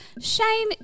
Shane